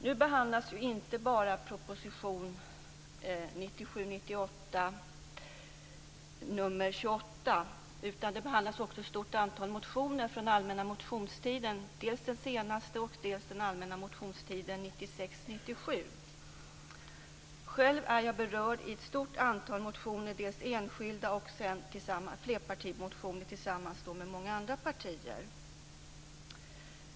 Nu behandlas inte bara proposition 1997/98:28 utan även ett stort antal motioner dels från allmänna motionstiden 1997, dels från allmänna motionstiden 1996. Jag har väckt ett stort antal motioner, dels enskilda, dels flerpartimotioner tillsammans med ledamöter från andra partier.